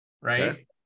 right